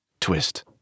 Twist